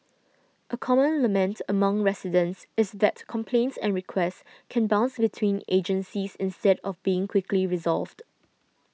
a common lament among residents is that complaints and requests can bounce between agencies instead of being quickly resolved